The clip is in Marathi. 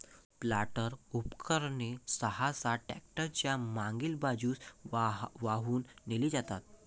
प्लांटर उपकरणे सहसा ट्रॅक्टर च्या मागील बाजूस वाहून नेली जातात